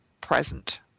present